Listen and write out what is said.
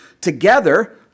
together